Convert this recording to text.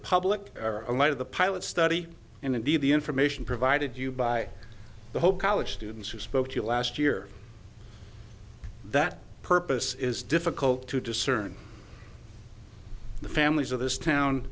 public a lot of the pilot study and indeed the information provided you by the whole college students who spoke to you last year that purpose is difficult to discern the families of this town